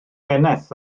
eneth